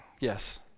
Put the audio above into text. Yes